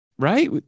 right